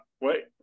wait